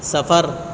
سفر